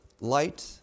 light